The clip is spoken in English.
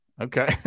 Okay